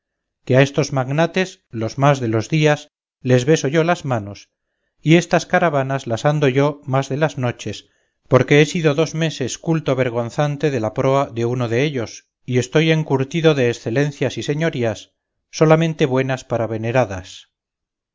que a estos magnates los más de los días les beso yo las manos y estas caravanas las ando yo las más de las noches porque he sido dos meses culto vergonzante de la proa de uno de ellos y estoy encurtido de excelencias y señorías solamente buenas para veneradas